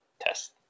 test